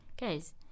Guys